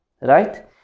right